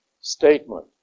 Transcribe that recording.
statement